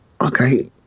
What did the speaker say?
okay